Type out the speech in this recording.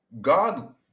God